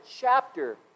chapter